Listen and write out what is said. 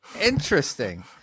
Interesting